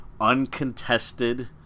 uncontested